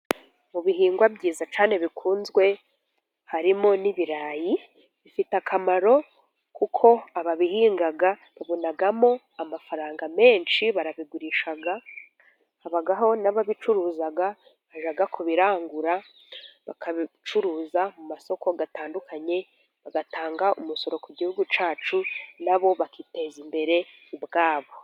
Mu bihingwa byiza cyane bikunzwe harimo n'ibirayi. Bifite akamaro kuko ababihinga babonamo amafaranga menshi, barabigurisha, n'ababicuruza bajya kubirangura. Bakabicuruza mu masoko atandukanye, bagatanga umusoro ku Gihugu cyacu na bo bakiteza imbere. ubwabo